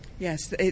Yes